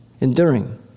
enduring